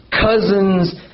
cousins